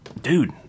dude